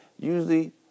usually